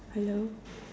hello